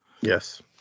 Yes